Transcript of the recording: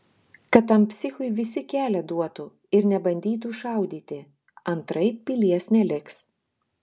kad tam psichui visi kelią duotų ir nebandytų šaudyti antraip pilies neliks